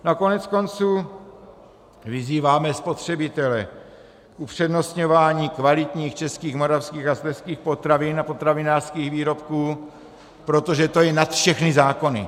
A koneckonců vyzýváme spotřebitele k upřednostňování kvalitních českých, moravských a slezských potravin a potravinářských výrobků, protože to je nad všechny zákony.